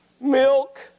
milk